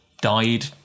died